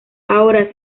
ahora